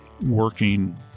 working